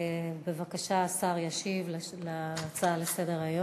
בבקשה, השר ישיב על ההצעות לסדר-היום.